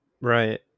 Right